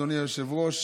אדוני היושב-ראש.